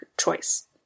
choice